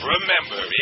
Remember